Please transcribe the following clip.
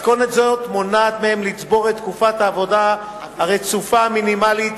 מתכונת זאת מונעת מהם לצבור את תקופת העבודה הרצופה המינימלית,